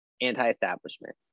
Anti-establishment